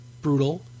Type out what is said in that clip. brutal